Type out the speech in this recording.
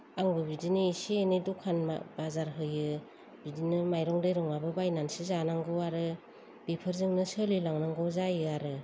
आंबो बिदिनो इसे एनै दखान मा बाजार होयो बिदिनो माइरं दैरंआबो बायनानैसो जानांगौ आरो बेफोरजोंनो सोलिलांनांगौ जायो आरो